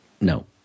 No